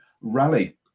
rally